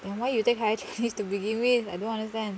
then why you take higher chinese to begin with I don't understand